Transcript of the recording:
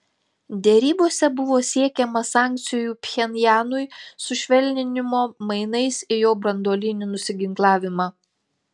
derybose buvo siekiama sankcijų pchenjanui sušvelninimo mainais į jo branduolinį nusiginklavimą